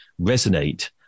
resonate